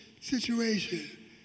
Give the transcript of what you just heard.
situation